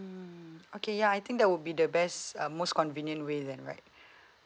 okay ya I think that will be the best uh most convenient way then right